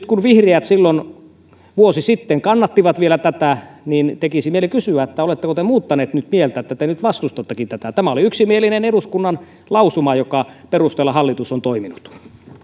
kun vihreät vielä silloin vuosi sitten kannattivat tätä niin tekisi nyt mieli kysyä oletteko te muuttaneet nyt mieltä että te nyt vastustattekin tätä tämä oli yksimielinen eduskunnan lausuma jonka perusteella hallitus on toiminut